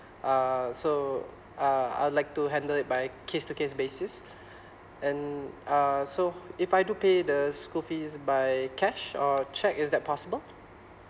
uh so uh I'd like to handle it by case to case basis and uh so if I do pay the school fees by cash or check is that possible